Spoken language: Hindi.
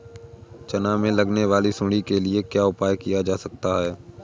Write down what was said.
चना में लगने वाली सुंडी के लिए क्या उपाय किया जा सकता है?